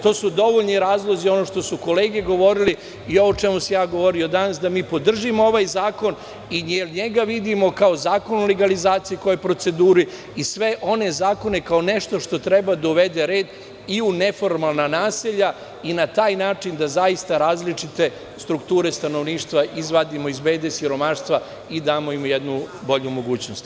To su dovoljni razlozi, ono što su kolege govorile i ovo o čemu sam govorio danas, da mi podržimo ovaj zakon, jer njega vidimo kao zakon o legalizaciji, koji je u proceduri i sve one zakone kao nešto što treba da uvede red i u neformalna naselja i na taj način da zaista različite strukture stanovništva izvadimo iz bede, siromaštva i damo im jednu bolju mogućnost.